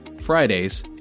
Fridays